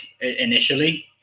initially